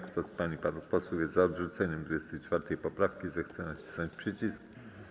Kto z pań i panów posłów jest za odrzuceniem 24. poprawki, zechce nacisnąć przycisk.